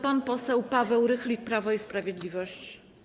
Pan poseł Paweł Rychlik, Prawo i Sprawiedliwość.